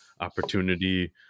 opportunity